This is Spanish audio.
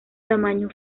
tamaño